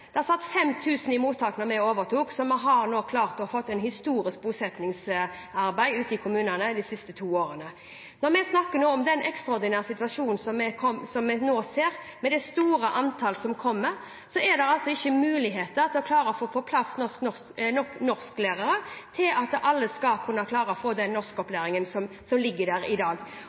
satt 5 000 i mottak da vi overtok, så vi har klart å få til et historisk bosettingsarbeid ute i kommunene de siste to årene. Når vi snakker om den ekstraordinære situasjonen som vi nå ser, med det store antallet som kommer, er det ikke mulig å klare å få på plass nok norsklærere til at alle skal kunne få den